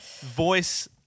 voice